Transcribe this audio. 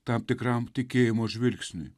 tam tikram tikėjimo žvilgsniui